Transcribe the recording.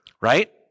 right